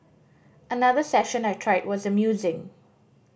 another session I tried was amusing